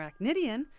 Arachnidian